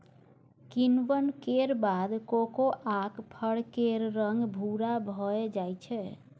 किण्वन केर बाद कोकोआक फर केर रंग भूरा भए जाइ छै